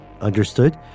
understood